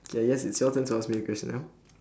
I guess it's your turn to ask me a question now